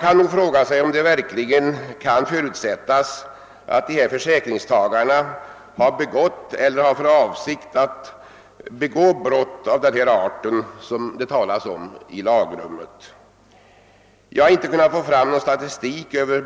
Kan det verkligen förutsättas att dessa försäkringstagare har begått eller har för avsikt att begå brott av det slag som avses i lagrummet? Jag har inte kunnat få fram någon statistik över